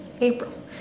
April